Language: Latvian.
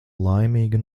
laimīga